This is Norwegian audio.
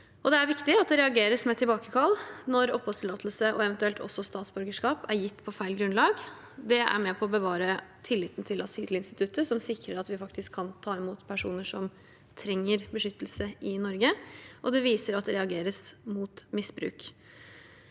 Det er viktig at det reageres med tilbakekall når oppholdstillatelse og eventuelt også statsborgerskap er gitt på feil grunnlag. Det er med på å bevare tilliten til asylinstituttet, som sikrer at vi faktisk kan ta imot personer som trenger beskyttelse i Norge, og det viser at det reageres mot misbruk.